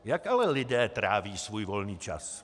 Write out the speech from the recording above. Jak ale lidé tráví svůj volný čas?